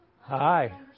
Hi